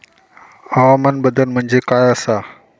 हवामान बदल म्हणजे काय आसा?